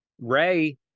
Ray